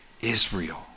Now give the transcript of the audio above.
Israel